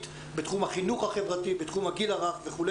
אני מקבלת פניות מהרבה מאוד מורים וגננות,